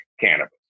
cannabis